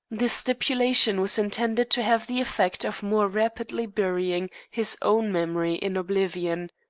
the stipulation was intended to have the effect of more rapidly burying his own memory in oblivion.